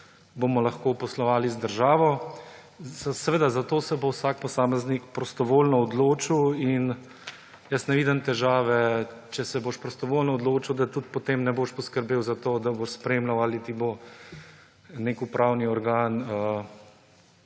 bomo lahko poslovali z državo. Seveda, za to se bo vsak posameznik prostovoljno odločil in jaz ne vidim težave, če se boš prostovoljno odločil, da potem tudi ne bi poskrbel za to, da boš spremljal, ali ti bo nek upravni organ